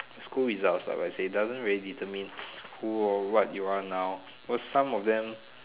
school is out it doesn't really determine what you are now cause some of them